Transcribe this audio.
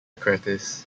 curtis